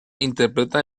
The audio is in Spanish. interpreta